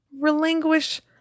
relinquish